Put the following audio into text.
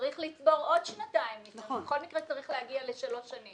צריך לצבור עוד שנתיים בכל מקרה הוא צריך להגיע לשלוש שנים.